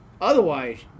Otherwise